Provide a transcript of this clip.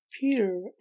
Peter